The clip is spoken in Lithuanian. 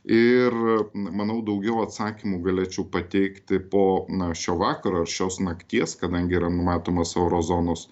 ir manau daugiau atsakymų galėčiau pateikti po na šio vakaro ar šios nakties kadangi yra numatomas euro zonos